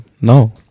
No